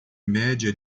média